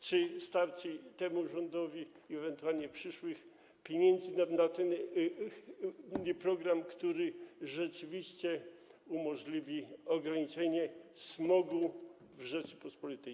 Czy temu rządowi, i ewentualnie przyszłym, starczy pieniędzy na ten program, który rzeczywiście umożliwi ograniczenie smogu w Rzeczypospolitej?